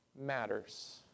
Matters